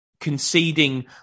conceding